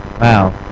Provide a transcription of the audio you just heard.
wow